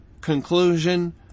conclusion